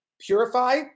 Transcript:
purify